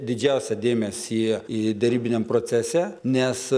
didžiausią dėmesį į derybiniam procese nes